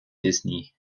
disney